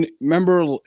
remember